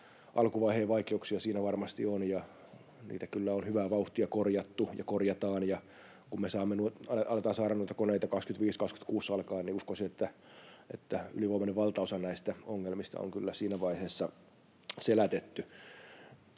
alkuvaiheen vaikeuksia siinä varmasti on, ja niitä kyllä on hyvää vauhtia korjattu ja korjataan. Kun me aletaan saada noita koneita vuodesta 25, 26 alkaen, uskoisin, että ylivoimainen valtaosa näistä ongelmista on kyllä siinä vaiheessa selätetty.